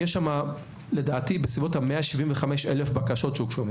יש שם לדעתי בסביבות ה-175,000 בקשות שהוגשו.